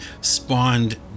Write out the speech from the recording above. spawned